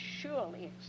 surely